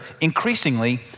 increasingly